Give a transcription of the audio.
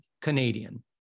Canadian